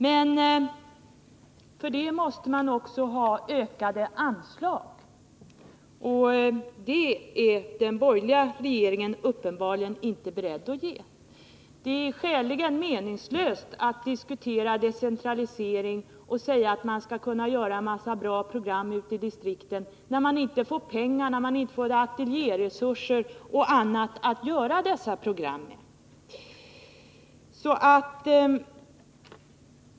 Utöver detta måste man i alla fall ha ökade anslag, och det är den borgerliga regeringen uppenbarligen inte beredd att ge. Det är skäligen meningslöst att diskutera decentralisering och säga att man skall göra en mängd bra program ute i distrikten, när man inte kan ge pengar, ateljéresurser eller annat att göra dessa program med.